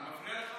אני מפריע לך?